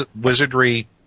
wizardry